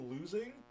losing